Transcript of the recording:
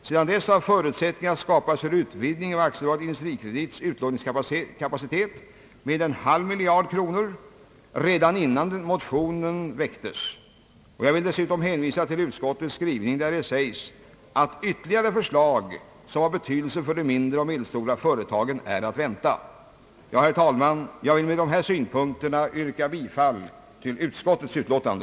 Sedan dess har förutsättningar skapats för utvidgning av AB Industrikredits utlåningskapacitet med en halv miljard kronor redan innan motionen väcktes, och jag vill dessutom hänvisa till utskottets skrivning, där det sägs att ytterligare förslag som har betydelse för de mindre och medelstora företagen är att vänta. Herr talman! Med dessa synpunkter vill jag yrka bifall till utskottets utlåtande.